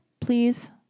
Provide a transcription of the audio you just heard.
please